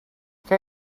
que